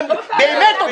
באמת,